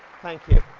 thank you.